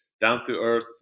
down-to-earth